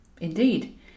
Indeed